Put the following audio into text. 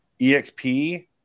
EXP